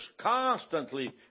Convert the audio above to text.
constantly